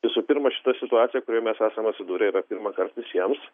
visų pirma šita situacija kurioj mes esam atsidūrę yra pirmąkart visiems